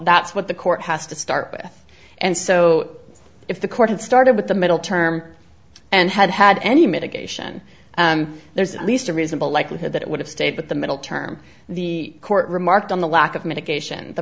that's what the court has to start with and so if the court had started with the middle term and had had any mitigation there's at least a reasonable likelihood that it would have stayed but the middle term the court remarked on the lack of medication the